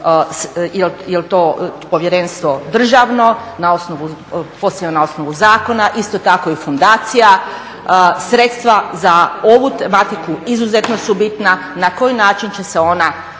jel to povjerenstvo državno, posluje na osnovu zakona, isto tako i fundacija. Sredstva za ovu tematiku izuzetno su bitna, na koji način će se ona